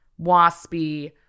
waspy